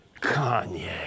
Kanye